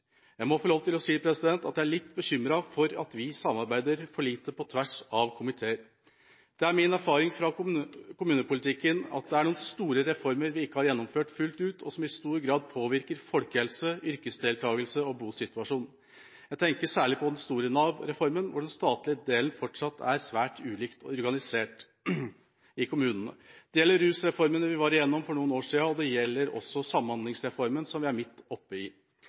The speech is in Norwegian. Jeg må få lov til å si at jeg er litt bekymret for at vi samarbeider for lite på tvers av komiteer. Det er min erfaring fra kommunepolitikken at det er noen store reformer vi ikke har gjennomført fullt ut, og som i stor grad påvirker folkehelse, yrkesdeltakelse og bosituasjon. Jeg tenker særlig på den store Nav-reformen hvor den statlige delen fortsatt er svært ulikt organisert i kommunene. Det gjelder rusreformen som vi var igjennom for noen år siden, og det gjelder også Samhandlingsreformen som vi står midt oppe i.